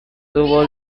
tuvo